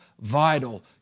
vital